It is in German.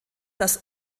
das